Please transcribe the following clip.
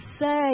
say